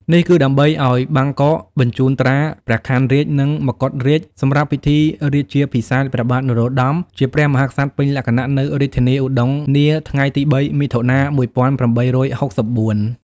នេះគឺដើម្បីឱ្យ បាងកកបញ្ជូនត្រា ព្រះខ័នរាជ្យ និងមកុដរាជ្យ សម្រាប់ពិធីរាជាភិសេកព្រះបាទនរោត្តម ជាព្រះ មហាក្សត្រពេញលក្ខណៈ នៅរាជធានីឧដុង្គនាថ្ងៃទី៣ មិថុនា ១៨៦៤។